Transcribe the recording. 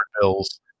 bills